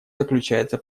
заключается